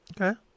Okay